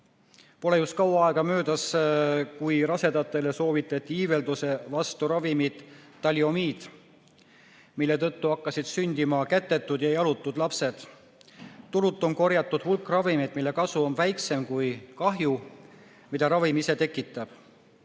Pole just kaua aega möödas, kui rasedatele soovitati iivelduse vastu ravimit talidomiid, mille tõttu hakkasid sündima kätetud ja jalutud lapsed. Turult on korjatud hulk ravimeid, mille kasu on väiksem kui kahju, mida ravim ise tekitab.